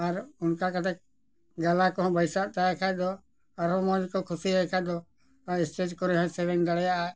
ᱟᱨ ᱚᱱᱠᱟ ᱠᱟᱛᱮ ᱜᱚᱞᱟ ᱠᱚᱦᱚᱸ ᱵᱟᱹᱭᱥᱟᱹᱜ ᱛᱟᱭ ᱠᱷᱟᱱ ᱫᱚ ᱟᱨᱚ ᱢᱚᱡᱽ ᱠᱚ ᱠᱩᱥᱤᱭᱟᱭ ᱠᱷᱟᱱ ᱫᱚ ᱮᱥᱴᱮᱡᱽ ᱠᱚᱨᱮ ᱦᱚᱸᱭ ᱥᱮᱨᱮᱧ ᱫᱟᱲᱮᱭᱟᱜᱼᱟ